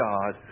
God